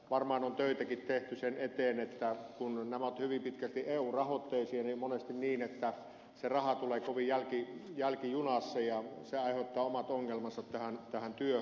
varmaan on töitäkin tehty sen eteen että kun nämä ovat hyvin pitkälti eu rahoitteisia niin on monesti niin että se raha tulee kovin jälkijunassa ja se aiheuttaa omat ongelmansa tähän työhön